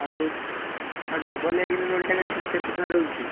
ଆଉ ଏ double egg ରୋଲ୍ଟା କେତେ ଟଙ୍କା ରହୁଛି